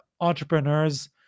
entrepreneurs